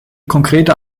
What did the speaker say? konkrete